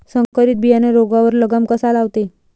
संकरीत बियानं रोगावर लगाम कसा लावते?